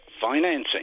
financing